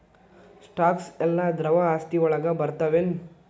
Stocks ಯೆಲ್ಲಾ ದ್ರವ ಆಸ್ತಿ ವಳಗ್ ಬರ್ತಾವೆನ?